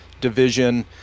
division